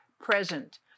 present